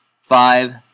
five